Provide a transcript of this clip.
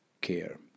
care